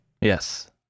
Yes